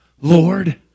Lord